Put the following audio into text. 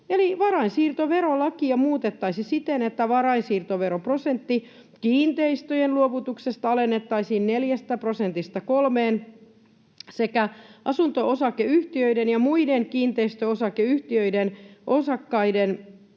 Eli varainsiirtoverolakia muutettaisiin siten, että varainsiirtoveroprosentti kiinteistöjen luovutuksesta alennettaisiin 4 prosentista 3:een sekä asunto-osakeyhtiöiden ja muiden kiinteistöosakeyhtiöiden osakkeiden